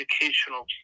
educational